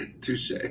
Touche